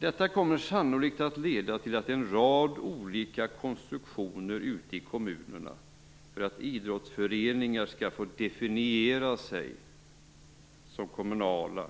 Detta kommer sannolikt att leda till en rad olika konstruktioner ute i kommunerna för att idrottsföreningar skall få definiera sig som kommunala